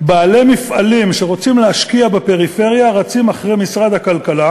בעלי מפעלים שרוצים להשקיע בפריפריה רצים אחרי משרד הכלכלה